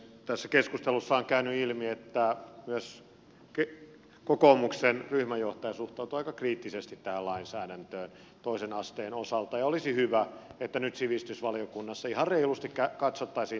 tässä keskustelussa on käynyt ilmi että myös kokoomuksen ryhmänjohtaja suhtautuu aika kriittisesti tähän lainsäädäntöön toisen asteen osalta ja olisi hyvä että nyt sivistysvaliokunnassa ihan reilusti katsottaisiin tämä läpi